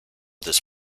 this